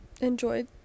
enjoyed